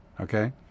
Okay